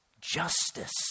justice